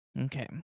okay